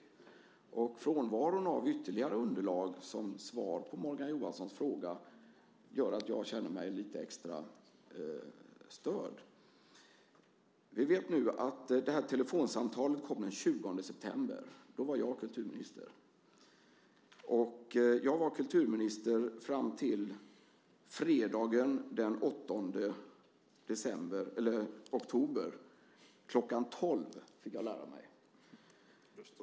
Frånvaron av ytterligare underlag i svaret på Morgan Johanssons fråga gör att jag känner mig lite extra störd. Vi vet nu att telefonsamtalet kom den 20 september. Då var jag kulturminister. Jag var kulturminister fram till fredagen den 6 oktober kl. 12, fick jag lära mig.